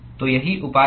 तो यही उपाय है